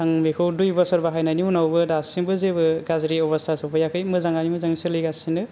आं बेखौ दुइ बोसोर बाहायनायनि उनावबो दासिमबो जेबो गाज्रि अब'स्था सौफैयाखै मोजाङैनो मोजां सोलिगासिनो